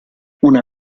una